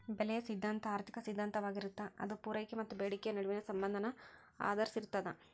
ಬೆಲೆಯ ಸಿದ್ಧಾಂತ ಆರ್ಥಿಕ ಸಿದ್ಧಾಂತವಾಗಿರತ್ತ ಅದ ಪೂರೈಕೆ ಮತ್ತ ಬೇಡಿಕೆಯ ನಡುವಿನ ಸಂಬಂಧನ ಆಧರಿಸಿರ್ತದ